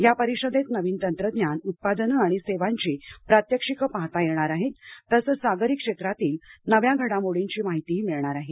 या परिषदेत नवीन तंत्रज्ञान उत्पादने आणि सेवांची प्रात्यक्षिकं पाहता येणार आहेत तसंच सागरी क्षेत्रातील नव्या घडामोडीची माहितीही मिळणार आहे